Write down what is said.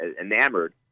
enamored